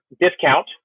discount